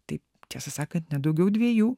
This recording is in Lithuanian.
taip tiesą sakant ne daugiau dviejų